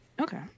Okay